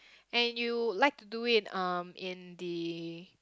and you like to do it um in the